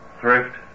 thrift